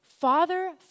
Father